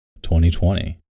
2020